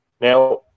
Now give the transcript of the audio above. Now